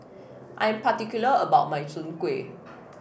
I am particular about my Soon Kuih